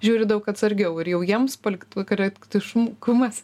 žiūri daug atsargiau ir jau jiems palitkorektiškumas